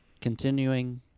continuing